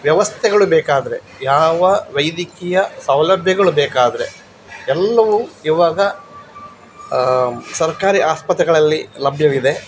ವ್ಯವಸ್ಥೆಗಳು ಬೇಕಾದರೆ ಯಾವ ವೈದ್ಯಕೀಯ ಸೌಲಭ್ಯಗಳು ಬೇಕಾದರೆ ಎಲ್ಲವೂ ಇವಾಗ ಸರ್ಕಾರಿ ಆಸ್ಪತ್ರೆಗಳಲ್ಲಿ ಲಭ್ಯವಿದೆ